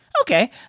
Okay